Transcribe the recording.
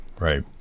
Right